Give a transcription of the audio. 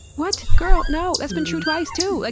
what? girl! no! that's been true twice too! ah